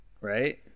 right